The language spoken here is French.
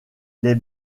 les